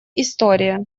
история